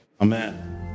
Amen